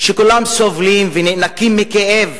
שכולם סובלים ונאנקים מכאב